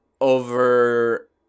over